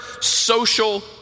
social